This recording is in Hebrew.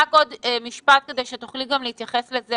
רק עוד משפט, כדי שתוכלי גם להתייחס לזה.